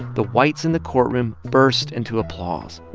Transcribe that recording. the whites in the courtroom burst into applause.